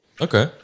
Okay